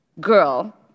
girl